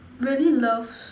really loves